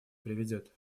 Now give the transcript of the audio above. приведет